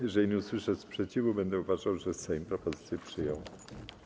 Jeżeli nie usłyszę sprzeciwu, będę uważał, że Sejm propozycję przyjął.